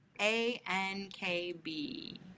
A-N-K-B